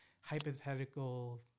hypothetical